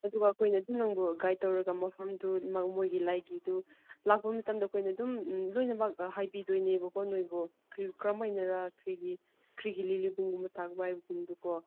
ꯑꯗꯨꯒ ꯑꯩꯈꯣꯏꯅ ꯑꯗꯨꯝ ꯅꯪꯕꯨ ꯒꯥꯏꯠ ꯇꯧꯔꯒ ꯃꯐꯝꯗꯨ ꯃꯈꯣꯏꯒꯤ ꯂꯩꯒꯤꯗꯨ ꯂꯥꯛꯄ ꯃꯇꯝꯗ ꯑꯩꯈꯣꯏꯅ ꯑꯗꯨꯝ ꯂꯣꯏꯅꯃꯛ ꯍꯥꯏꯕꯤꯒꯗꯣꯏꯅꯦꯕꯀꯣ ꯅꯈꯣꯏꯕꯨ ꯀꯔꯤ ꯀꯔꯝꯃꯥꯏꯅꯔ ꯀꯔꯤꯒꯤ ꯀꯔꯤꯒꯤ ꯂꯤꯂꯤꯕꯨ ꯍꯥꯕꯁꯤꯡꯗꯣꯀꯣ